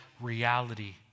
reality